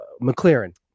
McLaren